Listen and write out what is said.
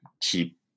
keep